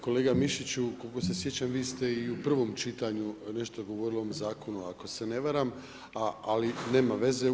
Kolega Mišiću, koliko se sjećam vi ste i u prvom čitanju nešto govorili o ovom Zakonu, ako se ne varam, ali nema veze.